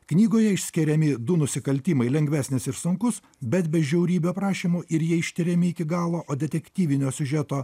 knygoje išskiriami du nusikaltimai lengvesnis ir sunkus bet be žiaurybių aprašymų ir jie ištiriami iki galo o detektyvinio siužeto